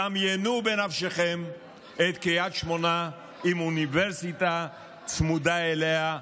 דמיינו בנפשכם את קריית שמונה עם אוניברסיטה צמודה אליה,